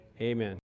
Amen